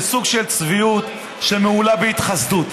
זה סוג של צביעות שמהולה בהתחסדות.